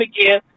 again